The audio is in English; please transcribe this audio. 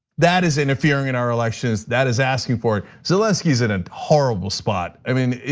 that is interfering in our elections. that is asking for it. zelensky is in a horrible spot. i mean,